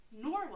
Norway